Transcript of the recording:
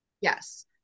Yes